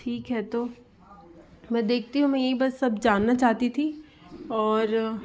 ठीक है तो मैं देखती हूँ मैं यही बस अब जानना चाहती थी और